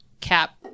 Cap